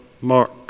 Mark